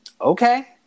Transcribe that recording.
Okay